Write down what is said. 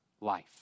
life